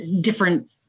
different